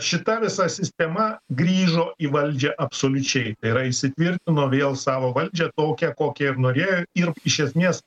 šita visa sistema grįžo į valdžią absoliučiai tai yra įsitvirtino vėl savo valdžią tokią kokią ir norėjo ir iš esmės